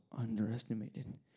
underestimated